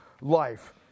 life